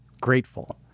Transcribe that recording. grateful